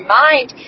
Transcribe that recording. mind